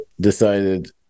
decided